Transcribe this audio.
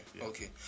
Okay